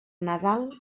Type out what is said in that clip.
nadal